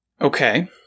Okay